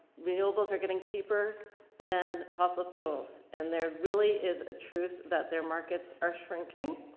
renewables are getting cheaper than fossil fuels and there really is a truth that their markets are shrinking.